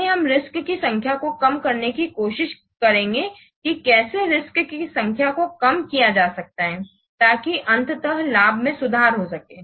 इसलिए हम रिस्क्स की संख्या को कम करने की कोशिश करेंगे कि कैसे रिस्क्स की संख्या को कम किया जा सकता है ताकि अंततः लाभ में सुधार हो सके